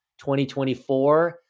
2024